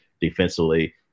defensively